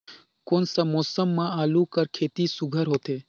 कोन सा मौसम म आलू कर खेती सुघ्घर होथे?